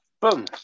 Boom